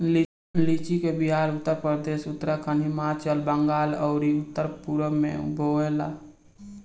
लीची के बिहार, उत्तरप्रदेश, उत्तराखंड, हिमाचल, बंगाल आउर उत्तर पूरब में बोआला